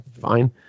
Fine